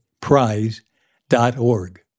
Prize.org